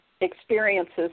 experiences